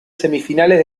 semifinales